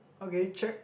okay check